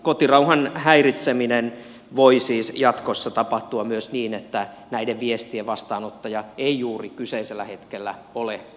kotirauhan häiritseminen voi siis jatkossa tapahtua myös niin että näiden viestien vastaanottaja ei juuri kyseisellä hetkellä ole kotona